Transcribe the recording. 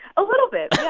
a little bit yeah